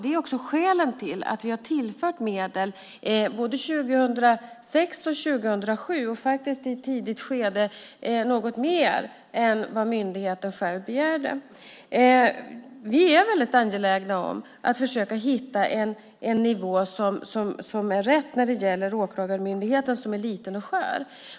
Det är också skälet till att vi har tillfört medel både 2006 och 2007 och faktiskt, i ett tidigt skede, något mer än vad myndigheten själv begärde. Vi är väldigt angelägna om att försöka hitta en nivå som är rätt när det gäller åklagarmyndigheten, som är liten och skör.